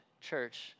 church